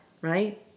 right